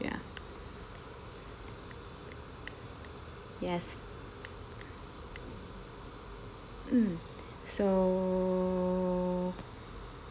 ya yes um so